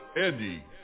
Andy